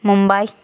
Mumbai